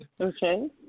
Okay